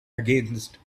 against